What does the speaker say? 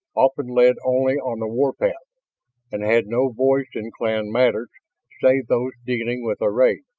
often led only on the warpath and had no voice in clan matters save those dealing with a raid.